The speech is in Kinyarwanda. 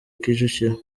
kicukiro